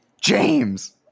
James